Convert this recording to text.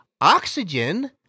oxygen